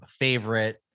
favorite